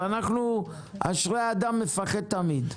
אז אשרי אדם מפחד תמיד.